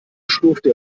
schlurfte